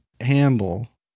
handle